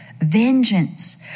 Vengeance